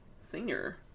Senior